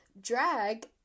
drag